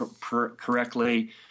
correctly